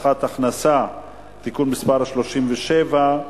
הבטחת הכנסה (תיקון מס' 37),